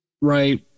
right